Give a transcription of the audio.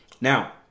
now